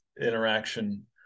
interaction